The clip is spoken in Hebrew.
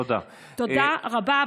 תודה רבה.